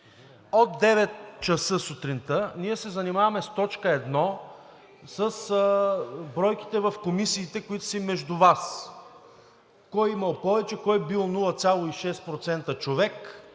От 9,00 ч. сутринта ние се занимаваме с т. 1, с бройките в комисиите, които са си между Вас – кой имал повече, кой бил 0,6% човек,